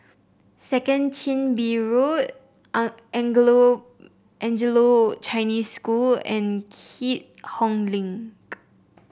Second Chin Bee Road Anglo Chinese School and Keat Hong Link